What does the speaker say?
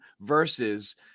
versus